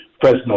Fresno